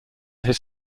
his